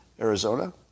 Arizona